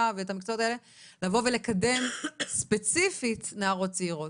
ואת המקצועות האלה לבוא ולקדם ספציפית נערות צעירות,